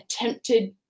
attempted